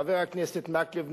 חבר הכנסת מקלב,